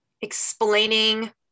explaining